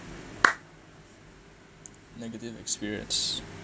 negative experience